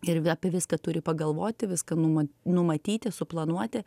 ir apie viską turi pagalvoti viską numa numatyti suplanuoti